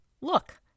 Look